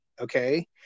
Okay